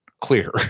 clear